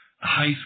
high